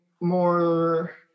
more